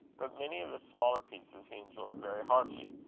but many of his smaller pieces he enjoyed very heartily,